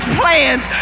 plans